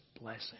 blessing